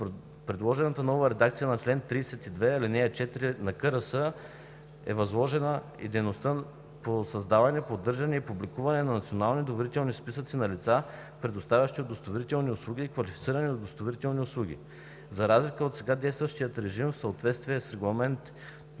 на Комисията за регулиране на съобщенията е възложена и дейността по създаване, поддържане и публикуване на националните доверителни списъци на лицата, предоставящи удостоверителни услуги и квалифицирани удостоверителни услуги. За разлика от сега действащия режим в съответствие с Регламент